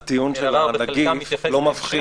מתייחסת --- הטיעון שהנגיף לא מבחין,